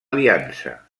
aliança